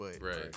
Right